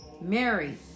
Mary